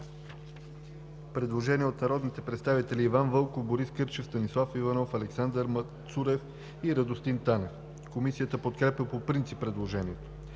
предложение от народните представители Иван Вълков, Борис Кърчев, Станислав Иванов, Александър Мацурев и Радостин Танев. Комисията подкрепя по принцип предложението.